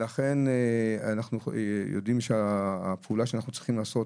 לכן אנחנו יודעים שהפעולה שאנחנו צריכים לעשות,